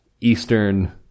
Eastern